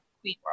queen